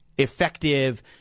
effective